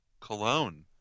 cologne